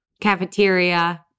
cafeteria